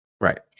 Right